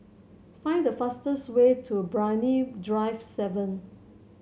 find the fastest way to Brani Drive seven